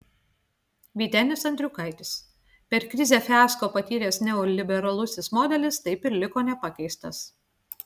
vytenis andriukaitis per krizę fiasko patyręs neoliberalusis modelis taip ir liko nepakeistas